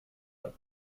hat